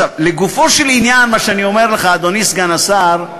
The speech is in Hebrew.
לגופו של עניין, מה שאני אומר לך, אדוני סגן השר,